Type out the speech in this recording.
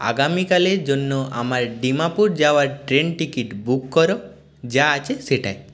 আগামীকালের জন্য আমার ডিমাপুর যাওয়ার ট্রেন টিকিট বুক কর যা আছে সেটাই